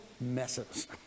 messes